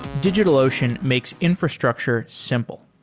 digitalocean makes infrastructure simple.